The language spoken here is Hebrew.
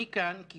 אני כאן כי